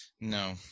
No